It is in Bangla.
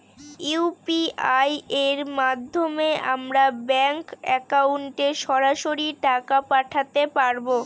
ইউ.পি.আই এর মাধ্যমে আমরা ব্যাঙ্ক একাউন্টে সরাসরি টাকা পাঠাতে পারবো?